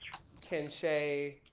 ken shay,